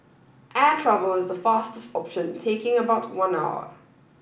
air travel is the fastest option taking about one hour